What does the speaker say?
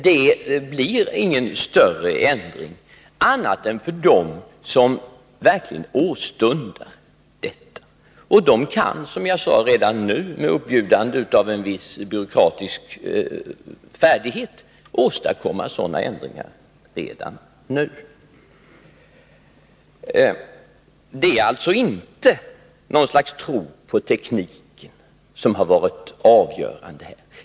Det blir ingen större ändring annat än för dem som verkligen åstundar detta. Och de kan, som jag sade, med uppbjudande av en viss byråkratisk färdighet åstadkomma sådana ändringar redan nu. Det är alltså inte något slags tro på tekniken som har varit avgörande.